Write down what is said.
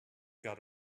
got